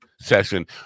session